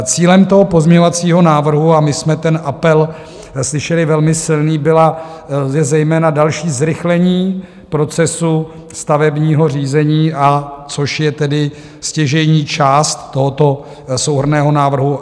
Cílem toho pozměňovacího návrhu a my jsme slyšeli velmi silný apel bylo a je zejména další zrychlení procesu stavebního řízení, což je tedy stěžejní část tohoto souhrnného návrhu.